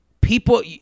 people